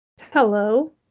Hello